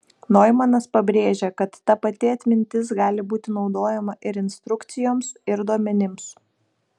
noimanas pabrėžė kad ta pati atmintis gali būti naudojama ir instrukcijoms ir duomenims